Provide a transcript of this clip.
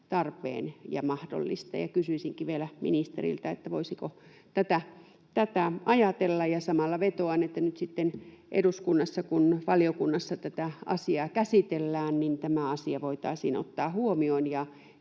tarpeen ja mahdollista. Kysyisinkin vielä ministeriltä, voisiko tätä ajatella. Ja samalla vetoan, että nyt sitten eduskunnassa, kun valiokunnassa tätä asiaa käsitellään, tämä asia voitaisiin ottaa huomioon